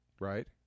Right